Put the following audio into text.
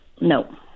no